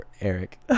Eric